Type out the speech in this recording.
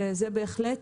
וזה בהחלט